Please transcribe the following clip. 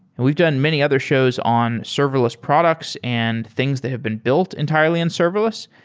and we've done many other shows on serverless products and things that have been built entirely in serverless.